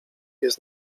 jest